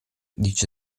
dice